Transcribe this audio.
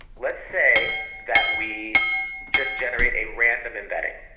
let's say that we just generate a random embedding,